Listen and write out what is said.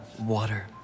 water